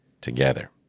together